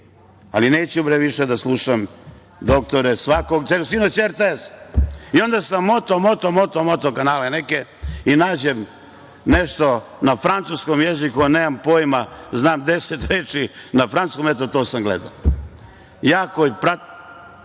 ali neću više da slušam doktore, sinoć na RTS. I onda sam motao, motao, motao kanale neke i nađem nešto na francuskom jeziku, a nemam pojma, znam deset reči na francuskom, eto to sam gledao.